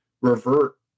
revert